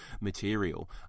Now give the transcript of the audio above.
material